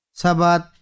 sabat